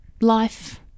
life